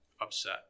upset